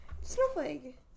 snowflake